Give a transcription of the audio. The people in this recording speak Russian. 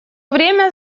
время